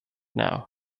now